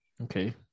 Okay